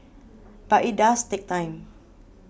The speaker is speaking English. but it does take time